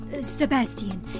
Sebastian